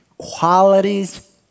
qualities